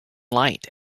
light